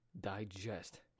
digest